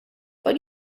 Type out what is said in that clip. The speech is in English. but